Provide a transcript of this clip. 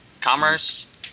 Commerce